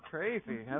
Crazy